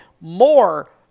more